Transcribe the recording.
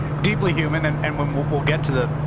deeply human, and and when we'll we'll get to the.